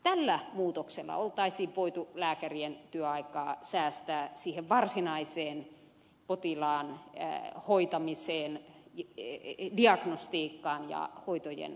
tällä muutoksella olisi voitu lääkärien työaikaa säästää siihen varsinaiseen potilaan hoitamiseen diagnostiikkaan ja hoitojen määräämiseen